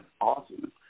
Awesome